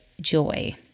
joy